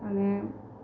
અને